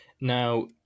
Now